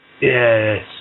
Yes